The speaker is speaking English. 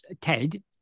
Ted